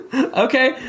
Okay